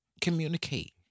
Communicate